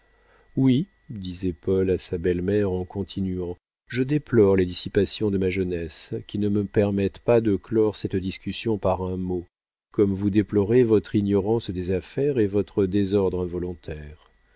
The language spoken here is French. oui disait paul à sa belle-mère en continuant je déplore les dissipations de ma jeunesse qui ne me permettent pas de clore cette discussion par un mot comme vous déplorez votre ignorance des affaires et votre désordre involontaire